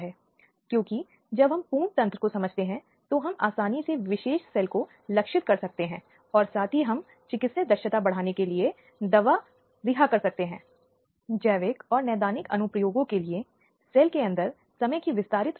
संदर्भ समय को देखें 0059 बाल यौन शोषण मूल रूप से एक बच्चे के शारीरिक या मानसिक उल्लंघन को संदर्भित करता है यौन इरादे के साथ आमतौर पर एक बड़े व्यक्ति द्वारा जो शक्ति की स्थिति में होता है और उसका बच्चे के सामने भरोसा होता है